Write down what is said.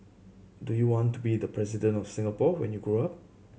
do you want to be the President of Singapore when you grow up